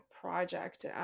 project